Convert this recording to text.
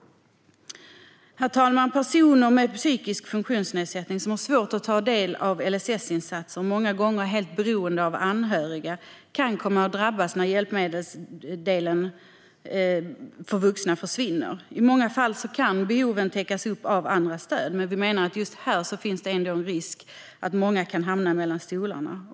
Herr talman! Personer med psykisk funktionsnedsättning, som har svårt att ta del av LSS-insatser och många gånger är helt beroende av anhöriga, kan komma att drabbas när hjälpbehovsdelen för vuxna försvinner. I många fall kan behoven täckas upp av andra stöd, men vi menar att det just här ändå finns en risk att många hamnar mellan stolarna.